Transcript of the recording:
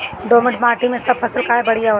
दोमट माटी मै सब फसल काहे बढ़िया होला?